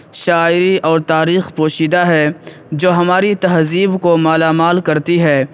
شاعری اور تاریخ پوشیدہ ہے جو ہماری تہذیب کو مالامال کرتی ہے